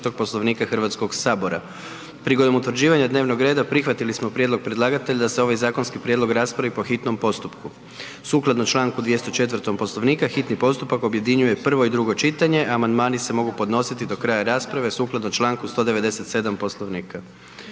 Poslovnika Hrvatskog sabora. Prigodom utvrđivanja dnevnog reda prihvatili smo prijedlog predlagatelja da se ovaj zakonski prijedlog raspravi po hitnom postupku. Sukladno članku 204. Poslovnika hitni postupak objedinjuje prvo i drugo čitanje, a amandmani se mogu podnositi do kraja rasprave sukladno članku 197. Poslovnika.